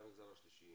גם המגזר השלישי,